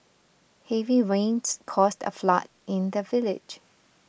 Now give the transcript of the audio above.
heavy rains caused a flood in the village